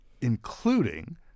including